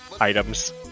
items